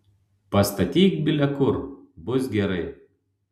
pastatyk bile kur bus gerai